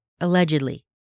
Allegedly